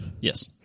Yes